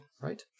right